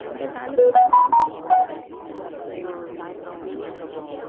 వంద సార్లు కన్నా ఎక్కువసార్లే నేర్చుకున్న సరే కొంతమందికి రాదు